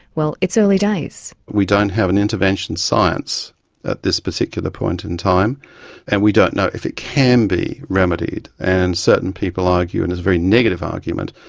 well it's early days. we don't have an intervention science at this particular point in time and we don't know if it can be remedied and certain people argue, and it's a very negative argument,